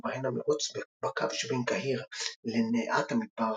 ובהן המירוץ בקו שבין קהיר לנאת המדבר